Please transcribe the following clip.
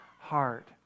heart